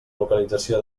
localització